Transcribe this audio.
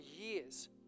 years